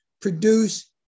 produce